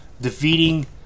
defeating